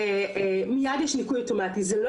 אם זה היה קורה אז זה לא תקין,